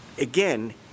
Again